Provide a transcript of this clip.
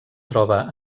troba